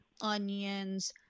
onions